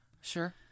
Sure